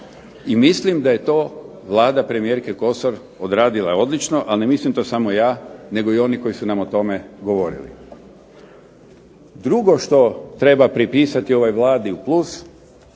I mislim da je to Vlada premijerke Kosor odradila odlično. A ne mislim to samo ja, nego i oni koji su nam o tome govorili. Drugo što treba pripisati ovoj Vladi u plus